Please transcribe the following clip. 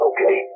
Okay